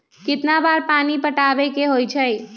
कितना बार पानी पटावे के होई छाई?